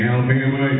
Alabama